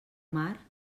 mar